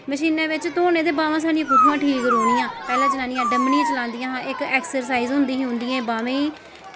मशीनै बिच धोने ते बाहमां साढ़ियां कुत्थां ठीक रौह्नियां पैह्लें जनानियां डम्मनियां चला दियां हियां इक्क एक्सरसाईज होंदी ही उंदी बाहमें दी